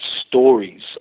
stories